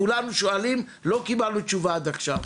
כולנו שואלים, לא קיבלנו תשובה עד עכשיו.